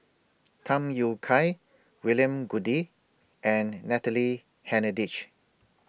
Tham Yui Kai William Goode and Natalie Hennedige